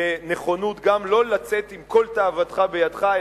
בנכונות גם לא לצאת עם כל תאוותך בידך,